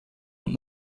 und